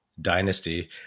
dynasty